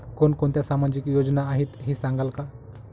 कोणकोणत्या सामाजिक योजना आहेत हे सांगाल का?